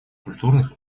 культурных